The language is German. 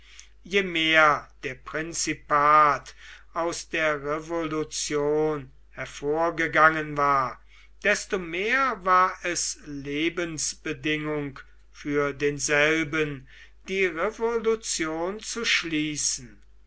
je mehr der prinzipat aus der revolution hervorgegangen war desto mehr war es lebensbedingung für denselben die revolution zu schließen